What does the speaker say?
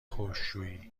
خشکشویی